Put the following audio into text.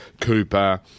Cooper